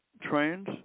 trains